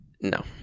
no